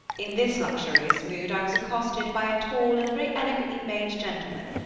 in this luxurious mood i was accosted by a tall and very elegantly made gentleman,